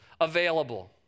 available